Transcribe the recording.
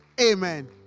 Amen